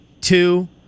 two